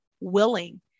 willing